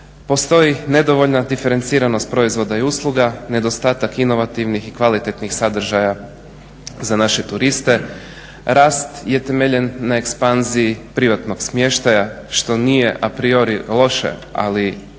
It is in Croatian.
postoji nedovoljna diferenciranost proizvoda i usluga, nedostatak inovativnih i kvalitetnih sadržaja za naše turiste. Rast je temeljen na ekspanziji privatnog smještaja što nije a priori loše, ali